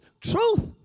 truth